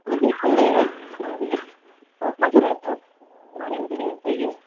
کو دیکھتے ہوئے ہر آسمان کی بات وہاں ایسا ہی ہے